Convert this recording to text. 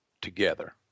together